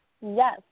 Yes